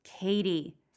Katie